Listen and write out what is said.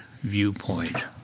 viewpoint